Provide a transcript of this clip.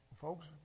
Folks